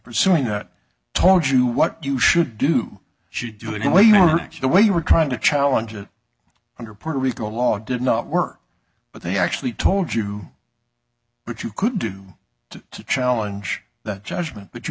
pursuing that told you what you should do she doing what you know the way you were trying to challenge it under puerto rico law did not work but they actually told you but you could do to challenge the judgment but you